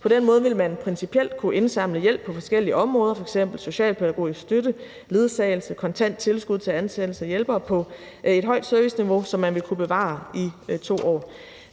På den måde ville man principielt kunne indsamle hjælp på forskellige områder som f.eks. socialpædagogisk støtte, ledsagelse, kontant tilskud til ansættelse af hjælpere på et højt serviceniveau, som man ville kunne bevare i 2 år.